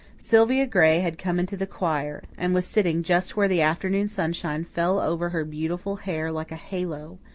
sylvia gray had come into the choir, and was sitting just where the afternoon sunshine fell over her beautiful hair like a halo.